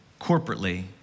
corporately